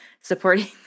supporting